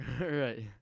right